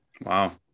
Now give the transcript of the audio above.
Wow